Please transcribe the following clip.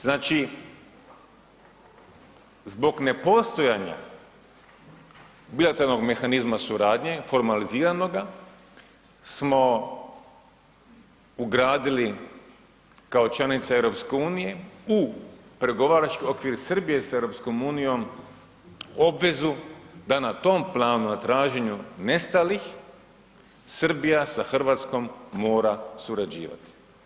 Znači, zbog nepostojanja bilateralnog mehanizma suradnje, formaliziranoga, smo ugradili kao čelnica EU u pregovarački okvir Srbije sa EU obvezu da na tom planu, na traženju nestalih, Srbija sa Hrvatskom mora surađivati.